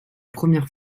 première